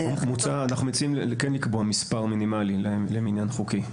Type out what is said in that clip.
אנחנו מציעים כן לקבוע מספר מינימלי למניין חוקי.